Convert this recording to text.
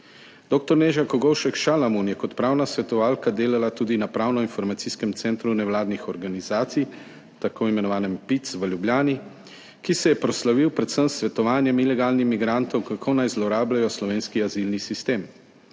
Dr. Neža Kogovšek Šalamon je kot pravna svetovalka delala tudi na Pravno-informacijskem centru nevladnih organizacij, tako imenovanem PIC, v Ljubljani, ki se je proslavil predvsem s svetovanjem ilegalnim migrantom, kako naj zlorabljajo slovenski azilni sistem.